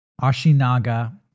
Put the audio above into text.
Ashinaga